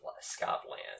Scotland